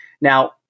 Now